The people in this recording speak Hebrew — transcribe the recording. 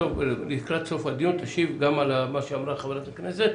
לקראת סוף הדיון תשיב גם על מה שאמרה חברת הכנסת.